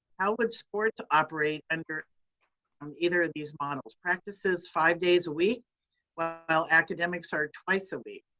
how would sports operate under um either of these models? practices five days a week while while academics are twice a week.